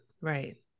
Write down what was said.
right